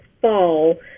fall